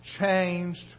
changed